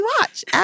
watch